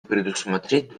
предусмотреть